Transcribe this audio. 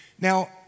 Now